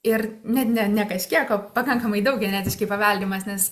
ir net ne ne kažkiek o pakankamai daug genetiškai paveldimas nes